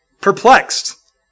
perplexed